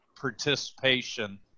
participation